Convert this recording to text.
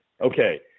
okay